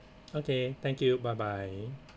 okay thank you bye bye